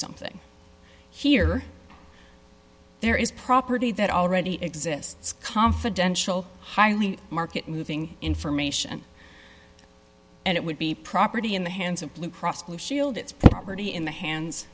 something here there is property that already exists confidential highly market moving information and it would be property in the hands of blue cross blue shield its property in the hands